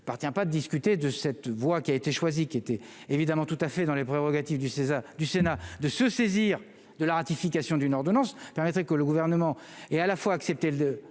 par tient pas discuter de cette voie qui a été choisi qui était évidemment tout à fait dans les prérogatives du CSA, du Sénat, de se saisir de la ratification d'une ordonnance, permettez que le gouvernement est à la fois accepter le